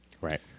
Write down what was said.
Right